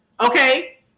okay